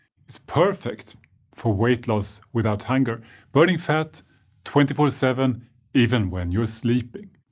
it's perfect for weight loss without hunger burning fat twenty four seven even when you're sleeping.